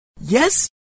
Yes